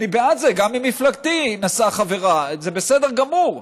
אני בעד זה, גם ממפלגתי נסעה חברה, זה בסדר גמור.